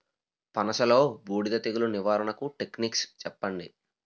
పనస లో బూడిద తెగులు నివారణకు టెక్నిక్స్ చెప్పండి?